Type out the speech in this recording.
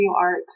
art